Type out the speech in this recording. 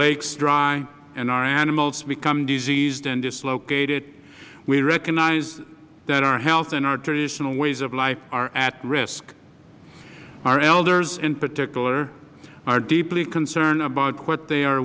lakes dry and our animals become diseased and dislocated we recognize that our health and our traditional ways of life are at risk our elders in particular are deeply concerned about what they are